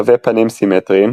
תווי פנים סימטריים,